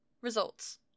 Results